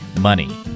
money